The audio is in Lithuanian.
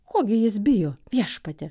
ko gi jis bijo viešpatie